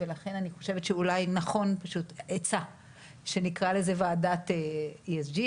לכן אני חושבת שאולי נכון שנקרא לזה ועדת ESG,